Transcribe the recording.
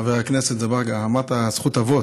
חבר הכנסת אזברגה, אני אמרתי זכות אבות,